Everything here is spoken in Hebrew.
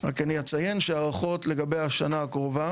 רק אני אציין שההערכות לגבי השנה הקרובה